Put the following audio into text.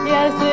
Yes